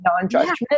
non-judgment